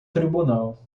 tribunal